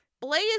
Blaze